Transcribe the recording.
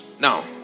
Now